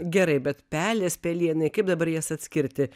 gerai bet pelės pelėnai kaip dabar jas atskirti